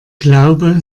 glaube